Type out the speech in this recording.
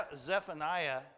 Zephaniah